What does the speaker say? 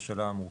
זו שאלה מורכבת.